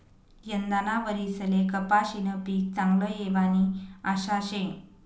यंदाना वरीसले कपाशीनं पीक चांगलं येवानी आशा शे